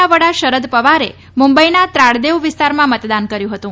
ના વડા શરદ પવારે મુંબઇના ત્રાડદેવ વિસ્તારમાં મતદાન કર્યું હતું